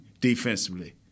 defensively